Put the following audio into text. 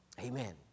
Amen